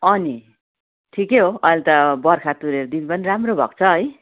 अँ नि ठिकै हो अहिले त बर्खा तुरेर दिन पनि राम्रो भएको छ है